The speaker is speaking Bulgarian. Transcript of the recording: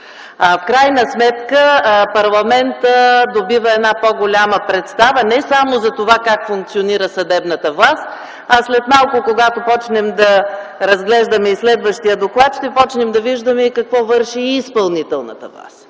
В крайна сметка парламентът добива една по-голяма представа не само за това как функционира съдебната власт, а след малко, когато започнем да разглеждаме и следващия доклад, ще видим какво върши и изпълнителната власт.